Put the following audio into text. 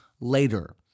later